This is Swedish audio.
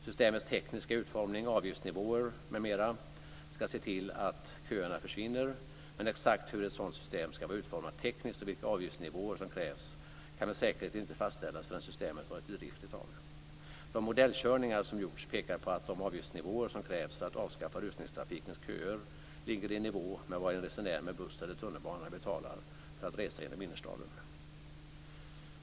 Systemets tekniska utformning, avgiftsnivåer m.m. ska se till att köerna försvinner, men exakt hur ett sådant system ska vara utformat tekniskt och vilka avgiftsnivåer som krävs kan med säkerhet inte fastställas förrän systemet varit i drift ett tag. De modellkörningar som gjorts pekar mot att de avgiftsnivåer som krävs för att avskaffa rusningstrafikens köer ligger i nivå med vad en resenär med buss eller tunnelbana betalar för att resa inom innerstaden.